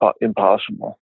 impossible